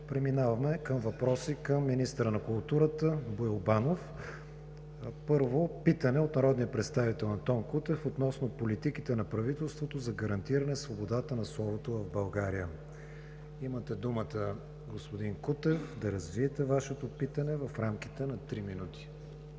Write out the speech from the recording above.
Преминаваме към въпроси към министъра на културата Боил Банов. Първо, питане от народния представител Антон Кутев относно политиките на правителството за гарантиране свободата на словото в България. Имате думата, господин Кутев, да развиете Вашето питане в рамките на три минути.